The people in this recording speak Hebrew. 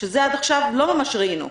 שאת זה עד עכשיו לא ממש ראינו.